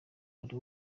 buri